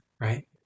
Right